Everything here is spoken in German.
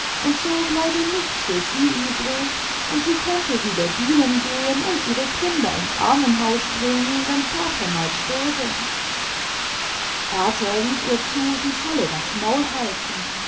und so bleibe nichts fr sie übrig und sie könnte wieder dienen gehen und ihre kinder ins armenhaus bringen wenn vater mal stürbe vater rief ihr zu sie solle das maul halten